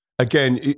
Again